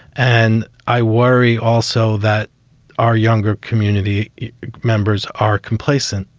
and i worry also that our younger community members are complacent,